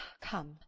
Come